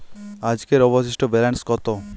আজকের অবশিষ্ট ব্যালেন্স কত?